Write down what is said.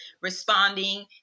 responding